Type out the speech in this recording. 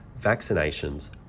vaccinations